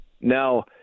Now